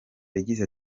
yagize